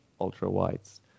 ultra-wides